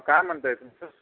काय म्हणत आहात तुमचं